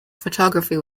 photography